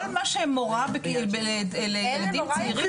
כל מה שמורה לילדים צעירים.